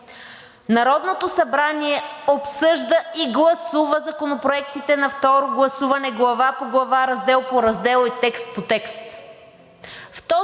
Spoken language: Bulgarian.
Народното събрание обсъжда и гласува законопроектите на второ гласуване глава по глава, раздел по раздел и текст по текст.